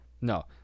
no